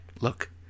look